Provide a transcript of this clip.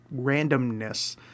randomness